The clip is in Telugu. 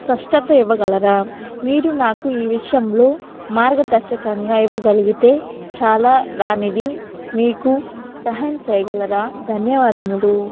స్పష్టత ఇవ్వగలరా మీరు నాకు ఈ విషయంలో మార్గదర్శకంగా ఇవ్వగలిగితే చాలా రానిది మీకు సహాయం చేయగలరా ధన్యవాదములు